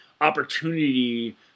opportunity